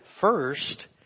first